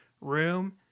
room